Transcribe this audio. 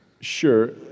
Sure